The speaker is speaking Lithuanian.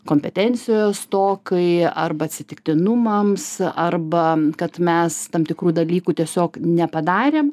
kompetencijos stokai arba atsitiktinumams arba kad mes tam tikrų dalykų tiesiog nepadarėm